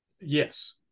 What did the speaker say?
Yes